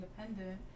independent